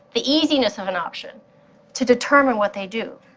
the easiness of an option to determine what they do.